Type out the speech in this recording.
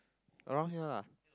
around here lah